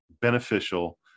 beneficial